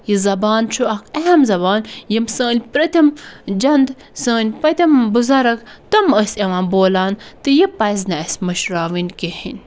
یہِ زَبان چھُ اکھ اہم زَبان یِم سٲنۍ پرٛتِم جَنٛد سٲنۍ پٔتِم بُزرگ تِم ٲسۍ یِوان بولان تہٕ یہِ پَزِ نہٕ اَسہِ مٔشراوٕنۍ کِہیٖنۍ